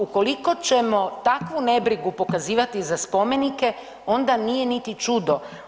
Ukoliko ćemo takvu nebrigu pokazivati za spomenike, onda nije niti čudo.